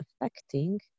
affecting